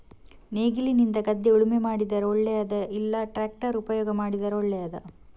ನೇಗಿಲಿನಿಂದ ಗದ್ದೆ ಉಳುಮೆ ಮಾಡಿದರೆ ಒಳ್ಳೆಯದಾ ಇಲ್ಲ ಟ್ರ್ಯಾಕ್ಟರ್ ಉಪಯೋಗ ಮಾಡಿದರೆ ಒಳ್ಳೆಯದಾ?